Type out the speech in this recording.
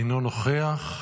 אינו נוכח,